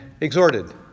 exhorted